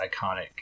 iconic